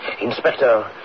Inspector